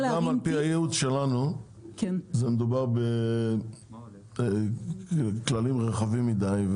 על פי הייעוץ שלנו מדובר בכלים רחבים מידי.